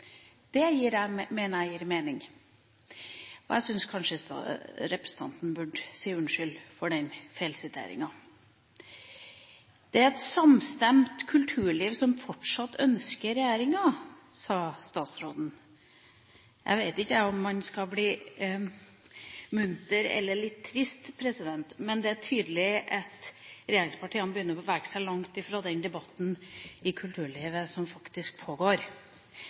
Det at noe kan være fantastisk, men unyttig, mener jeg gir mening. Jeg syns kanskje representanten burde si unnskyld for den feilsiteringa. Det er et samstemt kulturliv som fortsatt ønsker regjeringa, sa statsråden. Jeg vet ikke om man skal bli munter eller litt trist, men det er tydelig at regjeringspartiene begynner å bevege seg langt fra den debatten i kulturlivet som faktisk pågår.